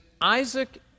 Isaac